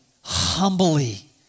humbly